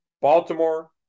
Baltimore